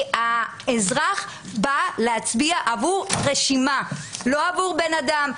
האזרח בא להצביע עבור רשימה, לא עבור בן-אדם.